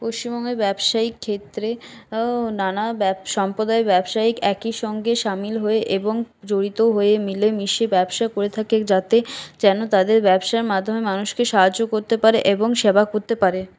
পশ্চিমবঙ্গের ব্যাবসায়িক ক্ষেত্রে নানা সম্প্রদায়িক ব্যবসায়ী একই সঙ্গে সামিল হয়ে এবং জড়িত হয়ে মিলে মিশে ব্যবসা করে থাকে যাতে যেন তাদের ব্যবসার মাধ্যমে মানুষকে সাহায্য করতে পারে এবং সেবা করতে পারে